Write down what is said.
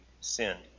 sinned